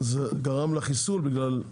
גרם לחיסול בגלל,